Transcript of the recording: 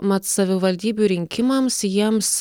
mat savivaldybių rinkimams jiems